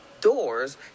doors